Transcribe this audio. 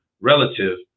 relative